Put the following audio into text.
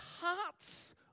hearts